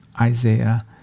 Isaiah